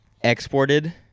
exported